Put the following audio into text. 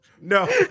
no